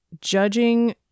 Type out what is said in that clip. judging